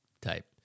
type